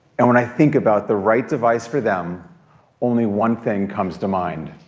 and when i think about the right device for them only one thing comes to mind.